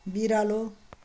बिरालो